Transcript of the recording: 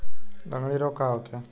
लगंड़ी रोग का होखे?